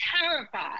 terrified